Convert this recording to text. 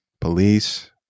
police